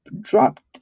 dropped